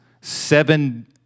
seven